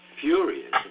furious